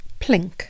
Plink